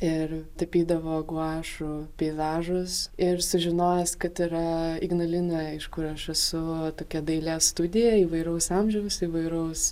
ir tapydavo guašu peizažus ir sužinojęs kad yra ignalinoje iš kur aš esu tokia dailės studija įvairaus amžiaus įvairaus